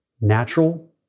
natural